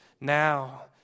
now